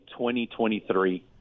2023